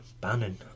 Bannon